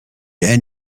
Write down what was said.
and